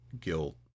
guilt